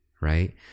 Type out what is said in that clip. Right